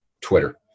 Twitter